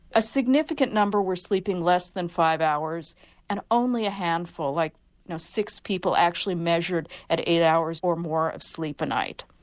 a significant number were sleeping less than five hours and only a handful, like six people actually measured at eight hours or more of sleep a night.